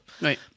right